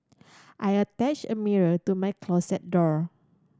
I attached a mirror to my closet door